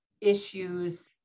issues